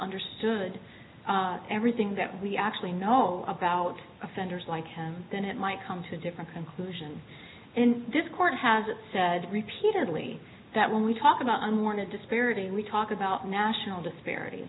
understood everything that we actually know about offenders like him then it might come to a different conclusion in this court has said repeatedly that when we talk about unwarranted disparity we talk about national disparity